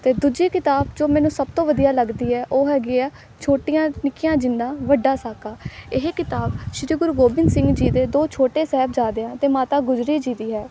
ਅਤੇ ਦੂਜੀ ਕਿਤਾਬ ਜੋ ਮੈਨੂੰ ਸਭ ਤੋਂ ਵਧੀਆ ਲੱਗਦੀ ਹੈ ਉਹ ਹੈਗੀ ਹੈ ਛੋਟੀਆਂ ਨਿੱਕੀਆਂ ਜਿੰਦਾਂ ਵੱਡਾ ਸਾਕਾ ਇਹ ਕਿਤਾਬ ਸ਼੍ਰੀ ਗੁਰੂ ਗੋਬਿੰਦ ਸਿੰਘ ਜੀ ਦੇ ਦੋ ਛੋਟੇ ਸਾਹਿਬਜ਼ਾਦਿਆਂ ਅਤੇ ਮਾਤਾ ਗੁਜਰੀ ਜੀ ਦੀ ਹੈ